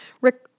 Rick